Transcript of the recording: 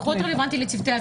זה פחות רלוונטי לצוותי אוויר.